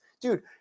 Dude